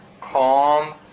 calm